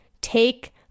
take